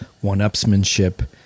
one-upsmanship